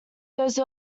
those